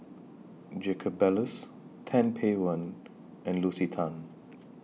Jacob Ballas Tan Paey one and Lucy Tan